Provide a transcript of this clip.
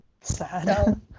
Sad